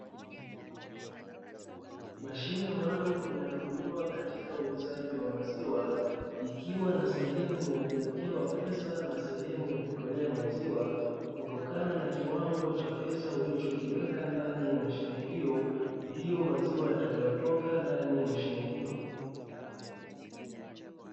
Mashine maalumu inayotumika katika uuzaji wa maziwa ikiwa na sehemu ya kuwekewa pesa na sehemu ya kutolea maziwa, kutokana na kiwango ulicho kiweka ndani ya mashine hiyo ndiyo maziwa yatakayo toka ndani ya mashine hiyo.